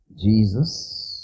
Jesus